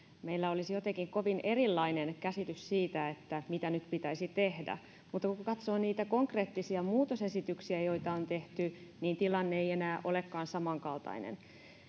meillä olisi jotenkin kovin erilainen käsitys siitä mitä nyt pitäisi tehdä mutta kun katsoo niitä konkreettisia muutosesityksiä joita on tehty niin tilanne ei enää olekaan samankaltainen